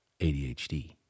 ADHD